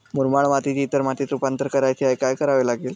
मुरमाड मातीचे इतर मातीत रुपांतर करायचे आहे, काय करावे लागेल?